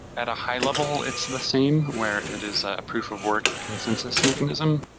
at a high level, it's the same, where it is a proof of work consensus mechanism,